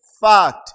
fact